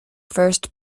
first